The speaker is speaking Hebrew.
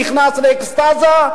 נכנס לאקסטזה,